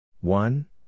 One